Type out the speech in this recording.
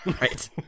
Right